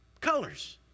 colors